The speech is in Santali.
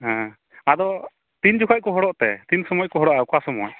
ᱦᱮᱸ ᱟᱫᱚ ᱛᱤᱱ ᱡᱚᱠᱷᱚᱱ ᱠᱚ ᱦᱚᱲᱚᱜ ᱛᱮ ᱛᱤᱱ ᱥᱚᱢᱚᱭ ᱠᱚ ᱦᱚᱲᱚᱜᱼᱟ ᱚᱠᱟ ᱥᱚᱢᱚᱭ